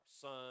son